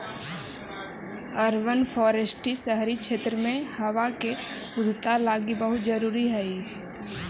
urban forestry शहरी क्षेत्रों में हावा के शुद्धता लागी बहुत जरूरी हई